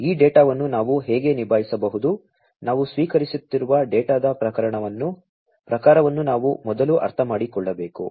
ಈ ಡೇಟಾವನ್ನು ನಾವು ಹೇಗೆ ನಿಭಾಯಿಸಬಹುದು ನಾವು ಸ್ವೀಕರಿಸುತ್ತಿರುವ ಡೇಟಾದ ಪ್ರಕಾರವನ್ನು ನಾವು ಮೊದಲು ಅರ್ಥಮಾಡಿಕೊಳ್ಳಬೇಕು